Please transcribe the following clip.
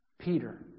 Peter